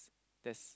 that's